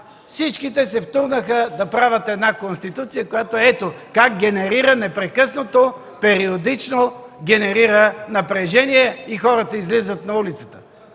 всичките се втурнаха да правят една Конституция, която ето как непрекъснато, периодично генерира напрежение и хората излизат на улицата.